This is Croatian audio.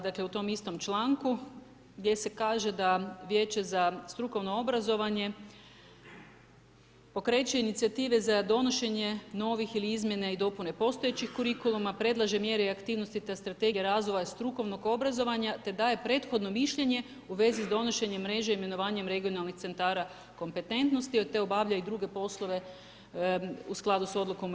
Dakle u tom istom članku gdje se kaže da Vijeće za strukovno obrazovanje pokreće inicijative za donošenje novih ili izmjene i dopune postojećih kurikuluma, predlaže mjere i aktivnosti te strategije razvoja strukovnog obrazovanja te daje prethodno mišljenje u vezi sa donošenjem mreže i imenovanjem regionalnih centara kompetentnosti te obavlja i druge poslove u skladu sa odlukama o